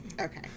Okay